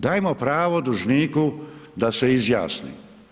Dajmo pravo dužniku da se izjasni.